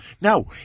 Now